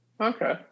Okay